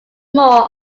more